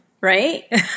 right